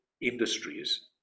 industries